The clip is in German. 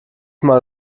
mal